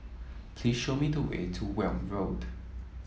please show me the way to Welm Road